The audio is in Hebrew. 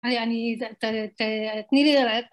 היי, אני זה... ‫תני לי לראות.